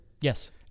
Yes